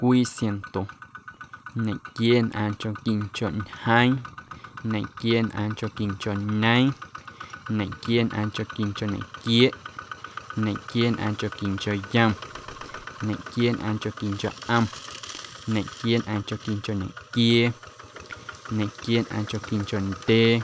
Cwii siaⁿnto, ñequieenꞌaaⁿnchonquincho ñjeeⁿ, ñequieenꞌaaⁿnchonquincho ñeeⁿ, ñequieenꞌaaⁿnchonquincho nequieeꞌ, ñequieenꞌaaⁿnchonquincho yom, ñequieenꞌaaⁿnchonquincho ꞌom, ñequieenꞌaaⁿnchonquincho ñequiee, ñequieenꞌaaⁿnchonquincho ndyee,